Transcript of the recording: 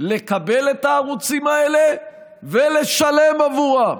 לקבל את הערוצים האלה ולשלם בעבורם.